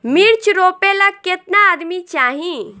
मिर्च रोपेला केतना आदमी चाही?